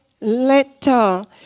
little